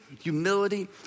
humility